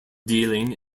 dealing